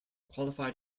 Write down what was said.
qualified